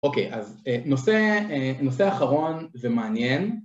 אוקיי, אז נושא אחרון ומעניין.